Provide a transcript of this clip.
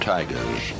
Tigers